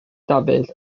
dafydd